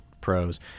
Pros